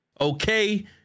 Okay